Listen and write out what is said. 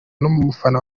n’umufana